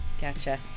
Gotcha